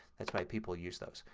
that's why people use those.